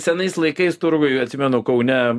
senais laikais turguj atsimenu kaune